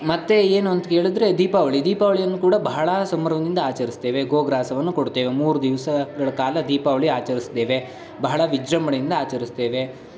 ಮತ್ತೆ ಏನು ಅಂತ ಕೇಳಿದ್ರೆ ದೀಪಾವಳಿ ದೀಪಾವಳಿಯನ್ನು ಕೂಡ ಬಹಳ ಸಂಭ್ರಮದಿಂದ ಆಚರಿಸ್ತೇವೆ ಗೋಗ್ರಾಸವನ್ನು ಕೊಡ್ತೇವೆ ಮೂರು ದಿವ್ಸಗಳ ಕಾಲ ದೀಪಾವಳಿ ಆಚರಿಸ್ತೇವೆ ಬಹಳ ವಿಜೃಂಭಣೆಯಿಂದ ಆಚರಿಸ್ತೇವೆ